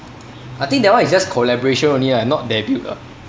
I think that one is just collaboration only right not debut ah